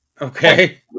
Okay